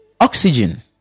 Oxygen